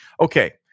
Okay